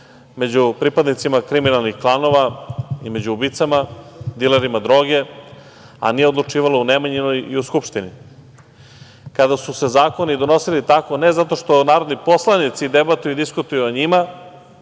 među pripadnicima kriminalnih klanova i među ubicama, dilerima droge, a nije odlučivalo u Nemanjinoj i u Skupštini, kada su se zakoni donosili tako, ne zato što narodni poslanici debatuju i diskutuju o njima,